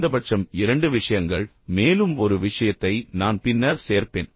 குறைந்தபட்சம் இரண்டு விஷயங்கள் மேலும் ஒரு விஷயத்தை நான் பின்னர் சேர்ப்பேன்